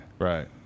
Right